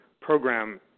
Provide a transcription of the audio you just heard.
program